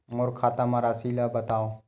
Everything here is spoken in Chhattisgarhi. मोर खाता म राशि ल बताओ?